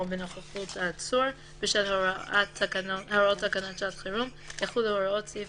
בנוכחות העצור בשל הוראות תקנות שעת החירום יחולו הוראות סעיף